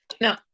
No